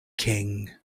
king